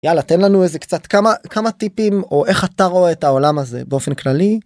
יאללה תן לנו איזה קצת כמה כמה טיפים או איך אתה רואה את העולם הזה באופן כללי.